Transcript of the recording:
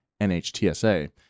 NHTSA